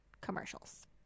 Commercials